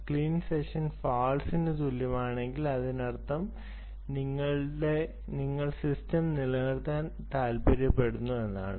clean session false നു തുല്യമാണെങ്കിൽ അതിനർത്ഥം നിങ്ങൾ സിസ്റ്റം നിലനിർത്താൻ താൽപ്പര്യപ്പെടുന്നു എന്നാണ്